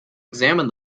examine